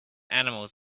animals